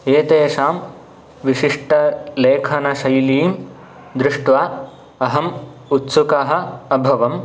एतेषां विशिष्टलेखनशैलीं दृष्ट्वा अहम् उत्सुकः अभवं